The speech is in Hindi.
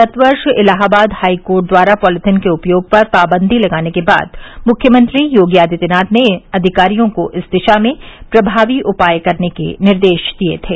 गत वर्ष इलाहाबाद हाई कोर्ट द्वारा पॉलिथीन के उपयोग पर पाबंदी लगाने के बाद मुख्यमंत्री योगी आदित्यनाथ ने अधिकारियों को इस दिशा में प्रभावी उपाय करने के निर्देश दिये थे